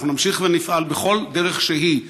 אנחנו נמשיך ונפעל בכל דרך שהיא,